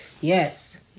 Yes